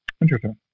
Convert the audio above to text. Interesting